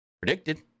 predicted